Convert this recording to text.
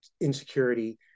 insecurity